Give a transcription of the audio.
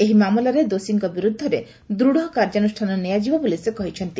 ଏହି ମାମଲାରେ ଦୋଷୀ ବିରୁଦ୍ଧରେ ଦୂଢ଼ କାର୍ଯ୍ୟାନୁଷ୍ଠାନ ନିଆଯିବ ବୋଲି ସେ କହିଛନ୍ତି